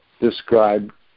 described